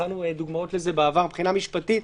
מצאנו דוגמאות לזה בעבר מבחינה משפטית.